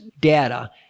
data